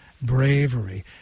bravery